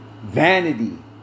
vanity